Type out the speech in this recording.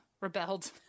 rebelled